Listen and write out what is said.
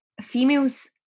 females